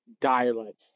dialect